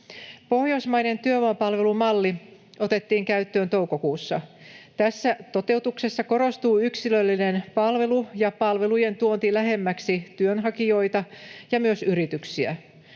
Pohjoismainen työvoimapalvelumalli otettiin käyttöön toukokuussa. Tässä toteutuksessa korostuu yksilöllinen palvelu ja palvelujen tuonti lähemmäksi työnhakijoita ja myös yrityksiä.